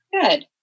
Good